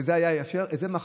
שזה היה מאפשר, את זה מחקתם.